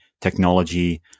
technology